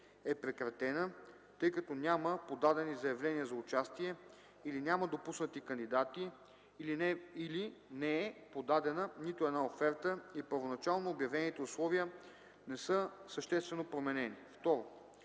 е прекратена, тъй като няма подадени заявления за участие или няма допуснати кандидати, или не е подадена нито една оферта и първоначално обявените условия не са съществено променени;